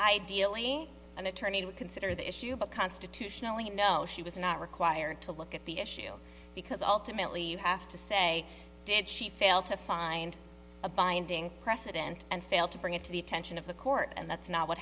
ideally an attorney would consider the issue but constitutionally no she was not required to look at the issue because ultimately you have to say did she fail to find a binding precedent and failed to bring it to the attention of the court and that's not what